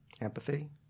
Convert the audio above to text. Empathy